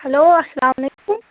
hello السلام علیکم